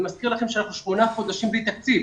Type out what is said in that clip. אני מזכיר לכם שאנחנו שמונה חודשים בלי תקציב